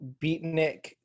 beatnik